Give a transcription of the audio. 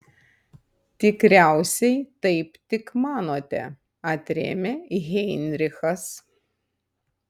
tikriausiai taip tik manote atrėmė heinrichas